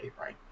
right